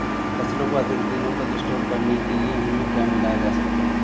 फसलों को अधिक दिनों तक स्टोर करने के लिए उनमें क्या मिलाया जा सकता है?